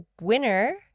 winner